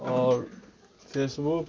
اور فیس بوک